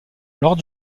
lors